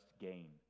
gain